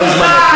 תם זמנך.